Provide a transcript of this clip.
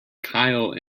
kyle